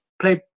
play